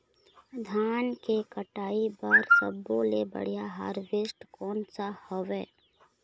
धान के कटाई बर सब्बो ले बढ़िया हारवेस्ट कोन सा हवए?